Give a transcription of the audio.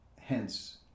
hence